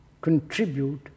contribute